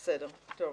בסדר.